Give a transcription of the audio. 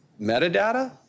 metadata